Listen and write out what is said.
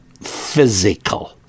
physical